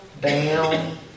down